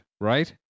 right